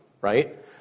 right